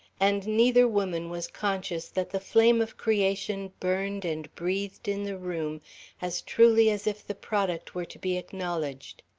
and neither woman was conscious that the flame of creation burned and breathed in the room as truly as if the product were to be acknowledged.